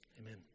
Amen